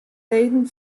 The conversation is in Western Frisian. leden